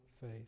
faith